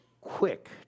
quick